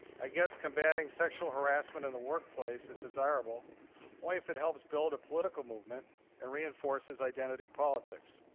i guess combating sexual harassment in the workplace is desirable only if it helps build a political movement and reinforces identity politics.